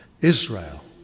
Israel